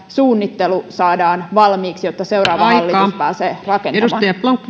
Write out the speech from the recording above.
suunnittelu saadaan valmiiksi jotta seuraava hallitus pääsee rakentamaan